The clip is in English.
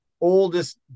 oldest